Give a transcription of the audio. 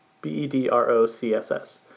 B-E-D-R-O-C-S-S